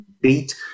beat